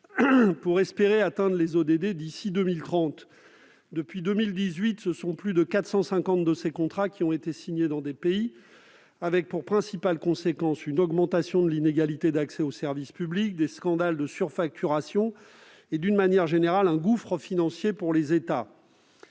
l'espoir d'atteindre les ODD d'ici à 2030. Depuis 2018, ce sont plus de 450 de ces contrats qui ont été signés, avec pour principales conséquences une augmentation de l'inégalité d'accès aux services publics, des scandales de surfacturation et, d'une manière générale, un gouffre financier pour les États.